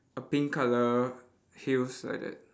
a pink colour heels like that